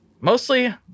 mostly